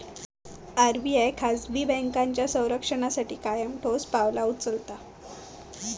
RBI खाजगी बँकांच्या संरक्षणासाठी कायम ठोस पावला उचलता